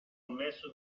ammesso